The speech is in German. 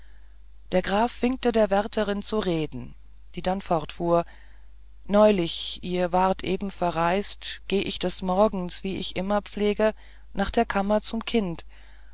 der graf winkte der wärterin zu reden die denn fortfuhr neulich ihr wart eben verreist geh ich des morgens wie ich immer pflege nach der kammer zum kind